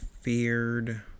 feared